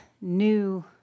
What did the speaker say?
new